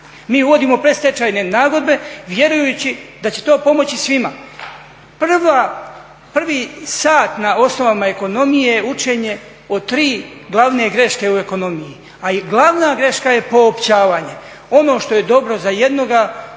Mi vodimo predstečajne nagodbe vjerujući da će to pomoći svima. Prvi sat na osnovama ekonomije je učenje o tri glavne greške u ekonomiji. A glavna greška je poopćavanje. Ono što je dobro za jednoga